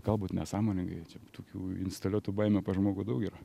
galbūt nesąmoningai čia tokių instaliuotų baimių pas žmogų daug yra